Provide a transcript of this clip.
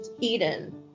Eden